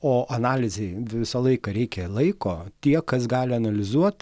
o analizei visą laiką reikia laiko tie kas gali analizuot